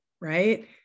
Right